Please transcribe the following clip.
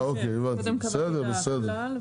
טוב הבנתי, בסדר.